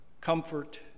comfort